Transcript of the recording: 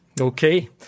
Okay